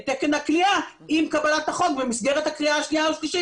תקן הכליאה עם קבלת החוק במסגרת הקריאה השנייה והשלישית.